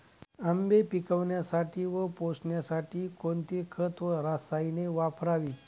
आंबे पिकवण्यासाठी व पोसण्यासाठी कोणते खत व रसायने वापरावीत?